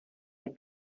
had